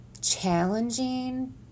challenging